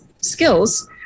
skills